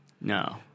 No